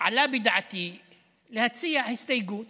עלה בדעתי להציע הסתייגות